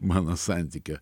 mano santykio